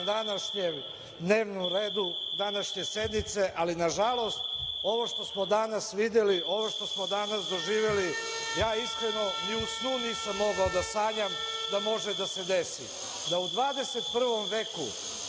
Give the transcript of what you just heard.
na dnevnom redu današnje sednice, ali nažalost ovo što smo danas videli, ovo što smo danas doživeli, ja iskreno ni u snu nisam mogao da sanjam da može da se desi, da u 21. veku